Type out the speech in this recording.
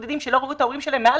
יוכלו להיות עם הוריהם בסדר.